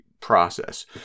process